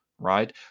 Right